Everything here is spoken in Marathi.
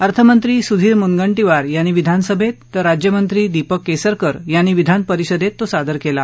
अर्थमंत्री सुधीर मुनगंटीवार यांनी विधानसभेत तर राज्यमंत्री दीपक केसरकर यांनी विधानपरिषदेत तो सादर केला